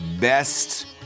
Best